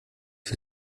wir